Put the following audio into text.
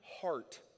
heart